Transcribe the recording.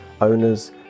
owners